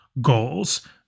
goals